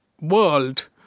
world